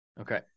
Okay